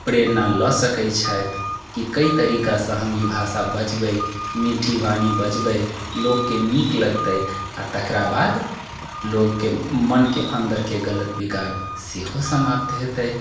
प्रेरणा लऽ सकैत छथि कि कै तरिकासँ हम ई भाषा बजबै मीठी बानि बजबै लोककेँ नीक लगतै आ तकरा बाद लोकके मनके अन्दरके गलत विकार सेहो समाप्त हेतै